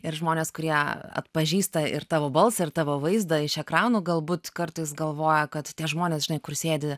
ir žmonės kurie atpažįsta ir tavo balsą ir tavo vaizdą iš ekranų galbūt kartais galvoja kad tie žmonės žinai kur sėdi